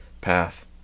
path